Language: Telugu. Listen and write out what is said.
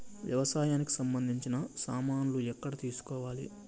వ్యవసాయానికి సంబంధించిన సామాన్లు ఎక్కడ తీసుకోవాలి?